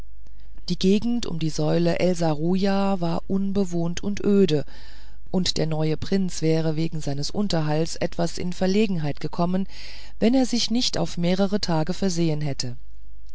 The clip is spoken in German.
die gegend um die säule el serujah war unbewohnt und öde und der neue prinz wäre wegen seines unterhalts etwas in verlegenheit gekommen wenn er sich nicht auf mehrere tage versehen hätte